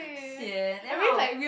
sian then how